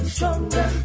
Stronger